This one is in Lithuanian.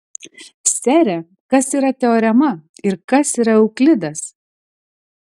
sere kas yra teorema ir kas yra euklidas